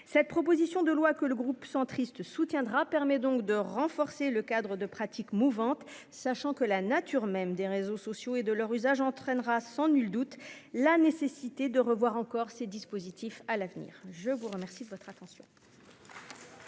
Cette proposition de loi que le groupe centriste soutiendra permet donc de renforcer le cadre de pratiques mouvante, sachant que la nature même des réseaux sociaux et de leur usage entraînera sans nul doute la nécessité de revoir encore ces dispositifs à l'avenir, je vous remercie de votre attention.